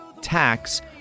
tax